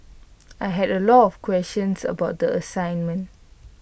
I had A lot of questions about the assignment